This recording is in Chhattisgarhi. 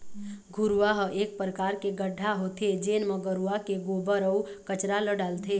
घुरूवा ह एक परकार के गड्ढ़ा होथे जेन म गरूवा के गोबर, अउ कचरा ल डालथे